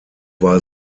war